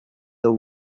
the